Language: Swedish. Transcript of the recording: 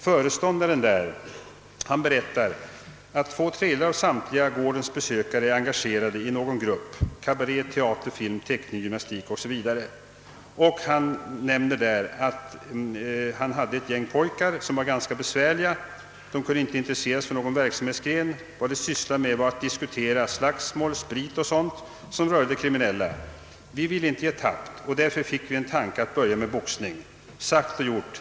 Föreståndaren där berättar att två tredjedelar av gårdens samtliga besökare är engagerade i någon grupp — kabaré, teater, film, teckning, gymnastik o. s. v. Han nämner där att man hade ett gäng pojkar som var ganska besvärliga och som inte kunde intresseras för någon verksamhet. Vad de sysslade med var att diskutera slagsmål, sprit och sådant som rörde det kriminella. Men man ville inte ge tappt och kom då på tanken att börja med boxning. Sagt och gjort.